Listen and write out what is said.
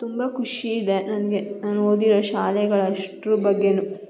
ತುಂಬ ಖುಷಿ ಇದೆ ನನಗೆ ನಾನು ಓದಿರೋ ಶಾಲೆಗಳಷ್ಟ್ರ ಬಗ್ಗೆಯೂ